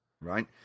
right